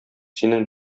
синең